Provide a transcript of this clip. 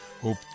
hope